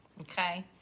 Okay